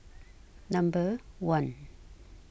Number one